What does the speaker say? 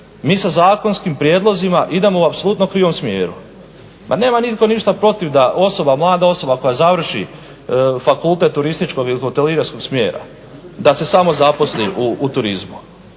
mi sa zakonskim prijedlozima idemo u apsolutno krivom smjeru. Ma nema nitko ništa protiv da mlada osoba koja završi fakultet turističkog ili hotelijerskog smjera, da se samozaposli u turizmu.